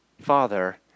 Father